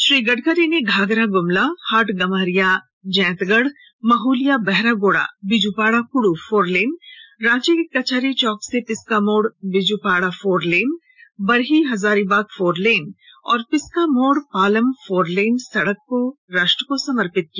श्री गड़करी न ेघाघरा गुमला हाटगम्हरिया जैंतगढ़ महलिया बहरागोड़ा बीजूपाड़ा क्डू फोरलेन रांची के कचहरी चौक से पिस्का मोड़ बिजुपाड़ा फोरलेन बरही हजारीबाग फोरलेन और पिस्का मोड़ पालम फोरलेन सड़क को राष्ट्र को समर्पित किया